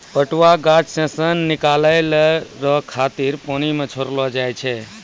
पटुआ गाछ से सन निकालै रो खातिर पानी मे छड़ैलो जाय छै